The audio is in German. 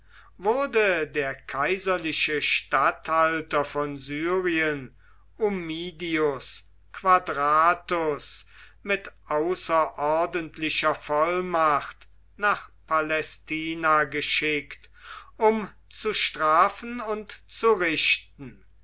wurde der kaiserliche statthalter von syrien ummidius quadratus mit außerordentlicher vollmacht nach palästina geschickt um zu strafen und zu richten